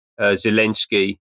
Zelensky